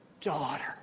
daughter